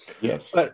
Yes